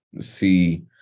see